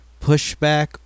pushback